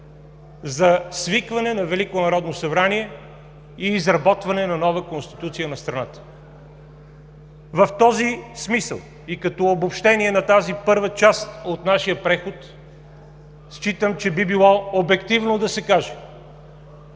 събрание и изработване на нова Конституция на страната. В този смисъл и като обобщение на тази първа част от нашия преход, считам, че би било обективно да се каже,